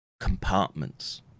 compartments